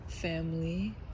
family